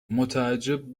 متعجب